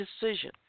decision